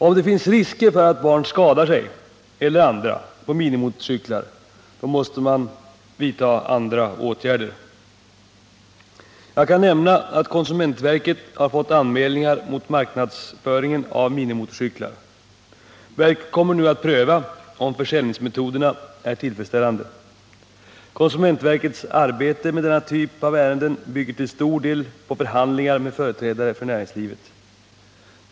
Om det finns risker för att barn skadar sig eller andra på minimotorcyklar måste andra åtgärder vidtas. Jag kan nämna att konsumentverket har fått anmälningar mot marknadsföringen av minimotorcyklar. Verket kommer nu att pröva om försäljningsmetoderna är tillfredsställande. Konsumentverkets arbete med denna typ av ärenden bygger till stor del på förhandlingar med företrädare för näringslivet.